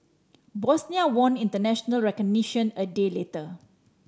Bosnia won international recognition a day later